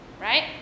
Right